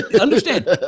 Understand